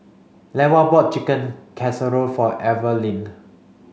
Levar bought Chicken Casserole for Evaline